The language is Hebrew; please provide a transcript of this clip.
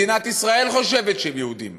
ומדינת ישראל חושבת שהם יהודים